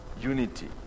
unity